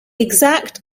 exact